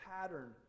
pattern